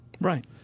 Right